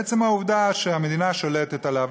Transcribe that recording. מעצם העובדה שהמדינה שולטת עליו,